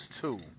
two